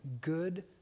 good